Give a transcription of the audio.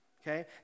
okay